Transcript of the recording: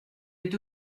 est